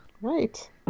Right